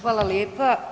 Hvala lijepa.